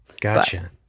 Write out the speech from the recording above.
Gotcha